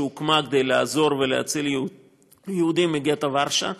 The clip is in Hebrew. שהוקמה כדי לעזור ולהציל יהודים מגטו ורשה,